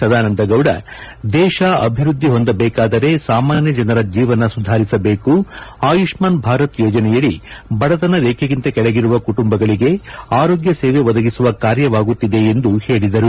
ಸದಾನಂದಗೌಡ ದೇಶ ಅಭಿವ್ಯದ್ದಿ ಹೊಂದಬೇಕಾದರೆ ಸಾಮಾನ್ಯ ಜನರ ಜೀವನ ಸುಧಾರಿಸಬೇಕು ಆಯುಷ್ಠಾನ್ ಭಾರತ್ ಯೋಜನೆಯಡಿ ಬಡತನ ರೇಖೆಗಿಂತ ಕೆಳಗಿರುವ ಕುಟುಂಬಗಳಿಗೆ ಆರೋಗ್ತ ಸೇವೆ ಒದಗಿಸುವ ಕಾರ್ಯವಾಗುತ್ತಿದೆ ಎಂದು ಅವರು ಹೇಳಿದರು